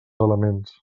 elements